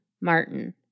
Martin